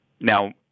Now